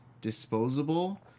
disposable